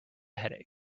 headache